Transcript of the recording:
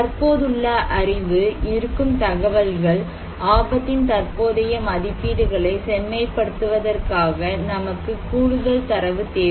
தற்போதுள்ள அறிவு இருக்கும் தகவல்கள் ஆபத்தின் தற்போதைய மதிப்பீடுகளைச் செம்மைப்படுத்துவதற்காக நமக்கு கூடுதல் தரவு தேவை